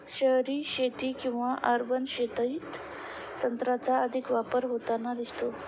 शहरी शेती किंवा अर्बन शेतीत तंत्राचा अधिक वापर होताना दिसतो